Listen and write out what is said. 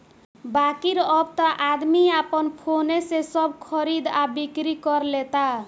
बाकिर अब त आदमी आपन फोने से सब खरीद आ बिक्री कर लेता